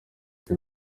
izo